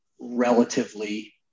relatively